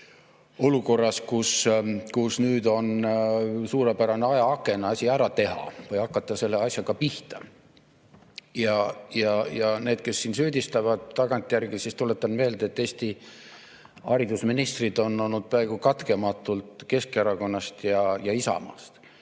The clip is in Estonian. olukorras, kus nüüd on suurepärane ajaaken, et asi ära teha või hakata selle asjaga pihta. Neile, kes siin tagantjärele süüdistavad, tuletan meelde, et Eesti haridusministrid on olnud peaaegu katkematult Keskerakonnast ja Isamaast.